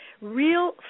real